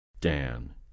Dan